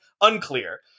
Unclear